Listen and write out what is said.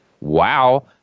wow